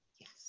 Yes